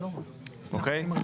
אוקיי?